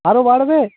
আরও বাড়বে